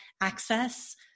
access